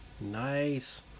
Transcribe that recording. Nice